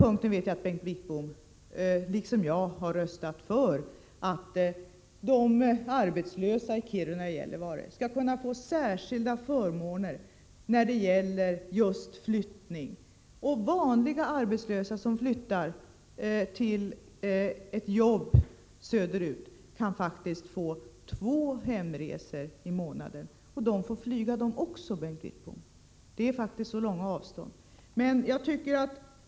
Bengt Wittbom har, liksom jag, röstat för att de arbetslösa i Kiruna och Gällivare skall kunna få särskilda förmåner just när det gäller flyttning. Vanliga arbetslösa som flyttar söderut för att få ett jobb kan faktiskt få två hemresor i månaden. Även de får flyga, Bengt Wittbom! Det är faktiskt fråga om stora avstånd.